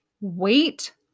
Wait